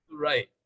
Right